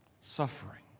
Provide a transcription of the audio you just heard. Suffering